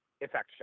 Effect